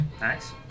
Nice